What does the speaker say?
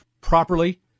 properly